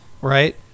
right